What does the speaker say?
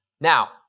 Now